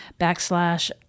backslash